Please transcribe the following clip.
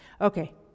Okay